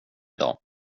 idag